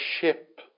ship